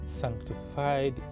Sanctified